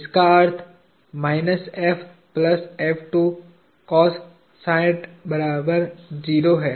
इसका अर्थ है